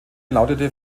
lautete